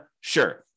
Sure